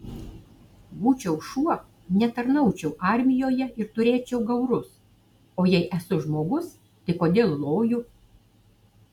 būčiau šuo netarnaučiau armijoje ir turėčiau gaurus o jei esu žmogus tai kodėl loju